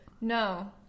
no